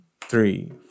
three